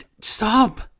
Stop